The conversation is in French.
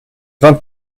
vingt